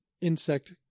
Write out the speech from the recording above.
insect